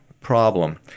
problem